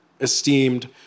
esteemed